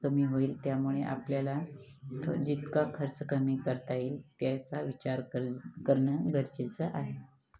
कमी होईल त्यामुळे आपल्याला तो जितका खर्च कमी करता येईल त्याचा विचार करज करणं गरजेचं आहे